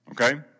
okay